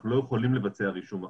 אנחנו לא יכולים לבצע רישום אחר.